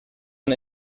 han